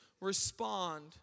respond